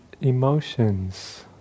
emotions